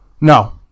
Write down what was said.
no